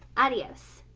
adios!